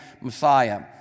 Messiah